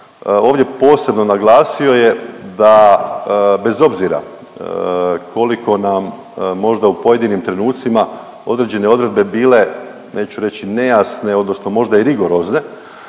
ovdje posebno naglasio je da bez obzira koliko nam možda u pojedinim trenutcima određene odredbe bile, neću reći nejasno odnosno možda i rigorozne,